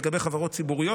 לגבי חברות ציבוריות,